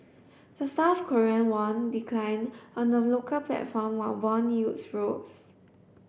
the South Korean won declined on them local platform while bond yields rose